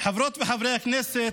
חברות וחברי הכנסת,